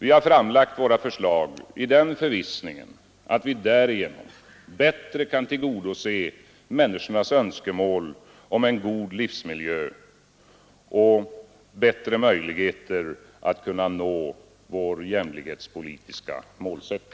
Vi har framlagt våra förslag i den förvissningen att vi därigenom bättre kan tillgodose människornas önskemål om en god livsmiljö och skapa bättre möjligheter att nå vår jämlikhetspolitiska målsättning.